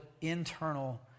internal